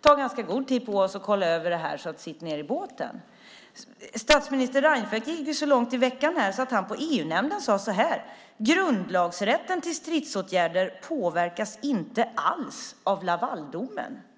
ta ganska god tid på oss och se över det här, så sitt ned i båten. Statsminister Reinfeldt gick i veckan så långt att han i EU-nämnden sade att grundlagsrätten till stridsåtgärder inte påverkas alls av Lavaldomen.